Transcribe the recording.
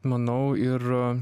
manau ir